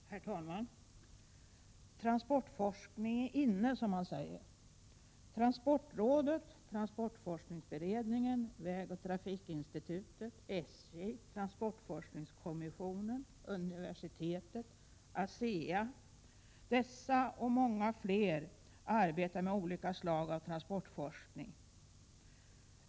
Herr talman! Transportforskning är inne, som man säger. Transportrådet, transportforskningsberedningen, vägoch trafikinstitutet, SJ, transportforskningskommissionen, universitetet och ASEA plus många fler arbetar 111 olika slag av transportforskning.